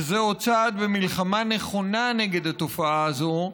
וזה עוד צעד במלחמה נכונה נגד התופעה הזאת,